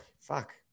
fuck